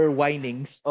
whinings